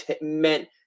meant